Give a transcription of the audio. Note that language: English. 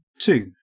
Two